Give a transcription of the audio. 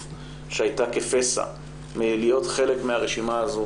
שהייתה כפסע מלהיות חלק מהרשימה הזו